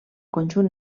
conjunt